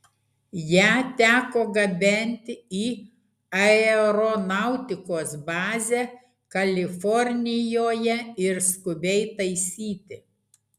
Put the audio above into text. ją teko gabenti į aeronautikos bazę kalifornijoje ir skubiai taisyti